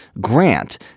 grant